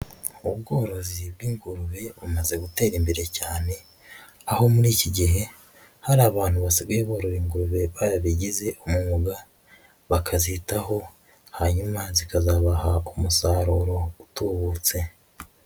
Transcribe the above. Ubworozi bw'ingurube, bumaze gutera imbere cyane, aho muri iki gihe hari abantu basigaye barora ingurube barabigize umwuga, bakazitaho hanyuma zikazabaha umusaruro utubutse.